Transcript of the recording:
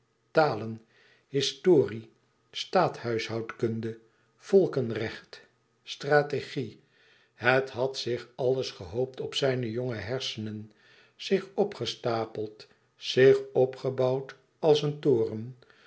talen historie staathuishoudkunde volkenrecht strategie het had zich alles gehoopt op zijne jonge hersenen zich opgestapeld zich opgebouwd als een toren